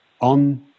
on